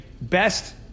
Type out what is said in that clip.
Best